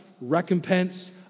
recompense